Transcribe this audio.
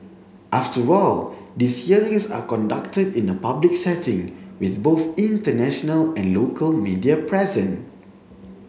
after all these hearings are conducted in a public setting with both international and local media present